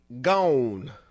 gone